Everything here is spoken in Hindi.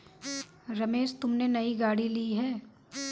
रमेश तुमने नई गाड़ी ली हैं